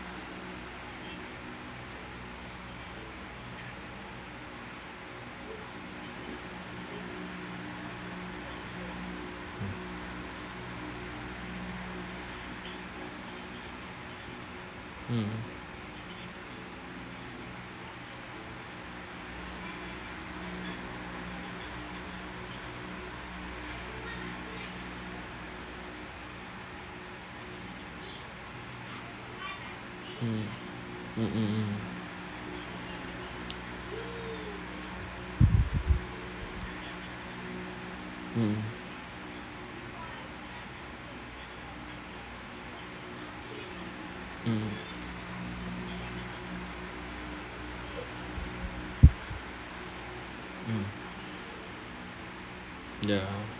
mm hmm mm mmhmm mm ya